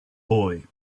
boy